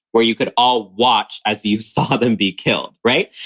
where you could all watch as you saw them be killed. right?